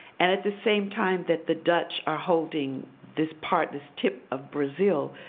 and at the same time that the dutch are holding this part, this tip of brazil,